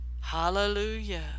Hallelujah